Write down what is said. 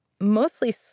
mostly